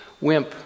wimp